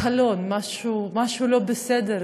קלון, משהו לא בסדר?